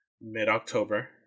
mid-October